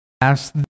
ask